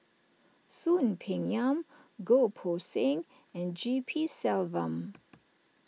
Soon Peng Yam Goh Poh Seng and G P Selvam